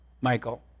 michael